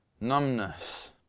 numbness